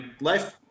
life